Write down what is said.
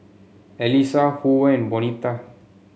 Elisa Hoover Bonita